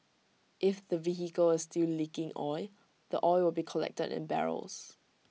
if the vehicle is still leaking oil the oil will be collected in barrels